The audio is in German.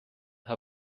herr